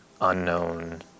unknown